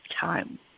time